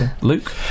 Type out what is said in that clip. Luke